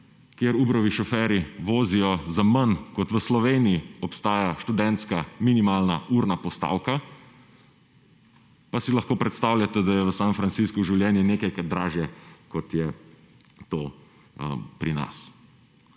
kjer Ubrovi šoferji vozijo za manj kot v Sloveniji obstaja študentska minimalna urna postavka, pa si lahko predstavljate, da v je v San Franciscu življenje nekajkrat dražje, kot je to pri nas.